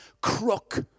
crook